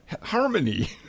harmony